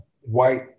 white